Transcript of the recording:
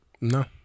No